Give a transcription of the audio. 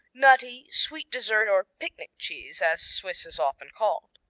nutty, sweet dessert or picnic cheese, as swiss is often called.